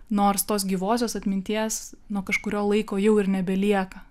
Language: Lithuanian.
nors tos gyvosios atminties nuo kažkurio laiko jau ir nebelieka